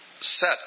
set